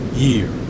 year